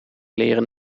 leren